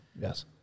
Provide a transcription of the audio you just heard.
Yes